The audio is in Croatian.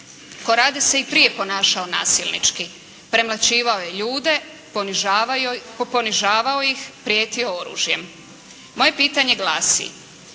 Korade se i prije ponašao nasilnički. Premlaćivao je ljude, ponižavao ih, prijetio oružjem. Moje pitanje glasi: